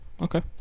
Okay